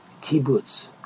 kibbutz